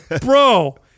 Bro